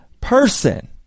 person